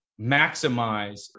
maximize